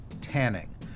tanning